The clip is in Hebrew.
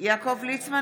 יעקב ליצמן,